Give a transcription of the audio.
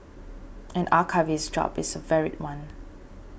an archivist's job is a varied one